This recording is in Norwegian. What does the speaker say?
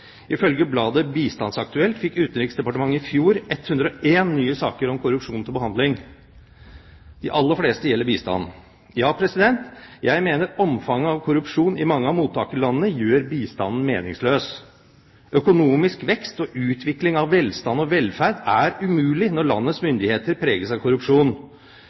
Ifølge bladet Bistandsaktuelt fikk Utenriksdepartementet i fjor 101 nye saker om korrupsjon til behandling. De aller fleste gjaldt bistand. Jeg mener omfanget av korrupsjon i mange av mottakerlandene gjør bistanden meningsløs. Økonomisk vekst og utvikling av velstand og velferd er umulig når landets myndigheter preges av korrupsjon.